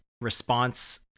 response